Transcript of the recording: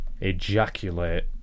ejaculate